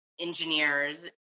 engineers